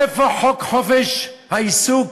איפה חוק חופש העיסוק?